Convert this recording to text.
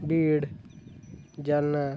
Beed Jalna